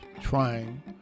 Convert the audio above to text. trying